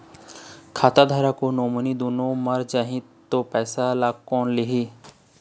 खाता धारक अऊ नोमिनि दुनों मर जाही ता ओ पैसा ला कोन लिही?